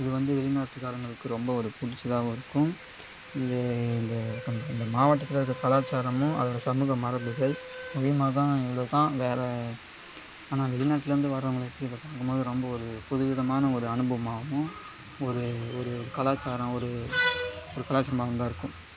அது வந்து வெளிநாட்டுக்காரங்களுக்கு ரொம்ப ஒருபிடிச்சதாவும் இருக்கும் இது இது இந்த மாவட்டத்தில் இருக்கிற கலாச்சாரமும் அதோடய சமூக மரபுகள் முக்கியமானது தான் இவ்வளோ தான் வேறே ஆனால் வெளிநாட்டுலேருந்து வரவங்களுக்கு இதை பார்க்கும்போது ரொம்ப ஒரு புதுவிதமான ஒரு அனுபவமாகவும் ஒரு ஒரு கலாச்சாரம் ஒரு ஒரு கலாச்சாரமாகவும் தான் இருக்கும்